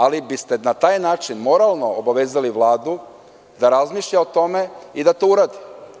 Ali, na taj način biste moralno obavezali Vladu da razmišlja o tome i da to uradi.